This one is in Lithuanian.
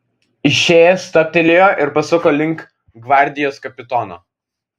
išėjęs stabtelėjo ir pasuko link gvardijos kapitono